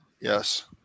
Yes